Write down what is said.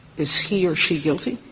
is he or she guilty?